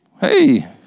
Hey